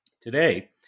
Today